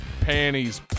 Panties